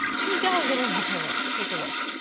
things got a little violent. take a look.